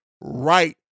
right